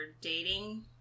dating